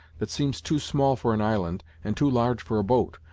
that seems too small for an island, and too large for a boat,